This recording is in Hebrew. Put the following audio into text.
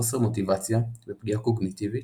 חוסר מוטיבציה ופגיעה קוגניטיבית,